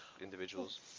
individuals